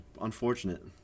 unfortunate